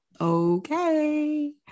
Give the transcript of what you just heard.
Okay